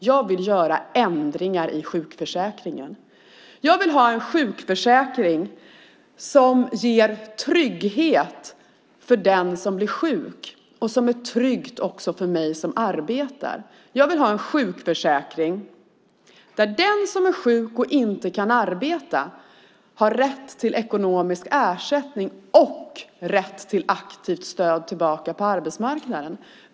Jag vill göra ändringar i sjukförsäkringen. Jag vill ha en sjukförsäkring som ger trygghet för den som är sjuk och som är trygg också för mig som arbetar. Jag vill ha en sjukförsäkring där den som är sjuk och inte kan arbeta har rätt till ekonomisk ersättning och rätt till aktivt stöd tillbaka på arbetsmarknaden.